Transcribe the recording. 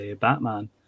batman